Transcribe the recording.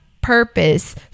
purpose